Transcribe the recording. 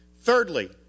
Thirdly